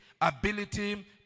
Ability